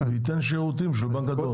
וייתן שירותים של בנק הדואר.